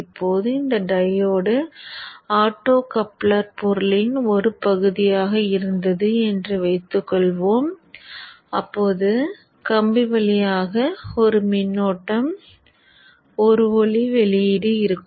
இப்போது இந்த diode optocoupler பொருளின் ஒரு பகுதியாக இருந்தது என்று வைத்துக்கொள்வோம் அப்போது கம்பி வழியாக மின்னோட்டம் ஒரு ஒளி வெளியீடு இருக்கும்